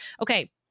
Okay